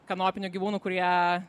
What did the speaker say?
kanopinių gyvūnų kurie